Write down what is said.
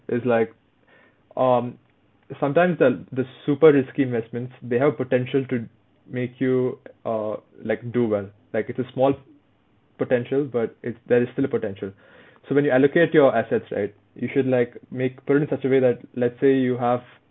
is like um sometimes the the super risky investments they have a potential to make you err like do well like it's a small potential but it's there is still a potential so when you allocate your assets right you should like make put it in such a way like let's say you have